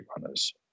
runners